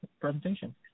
presentation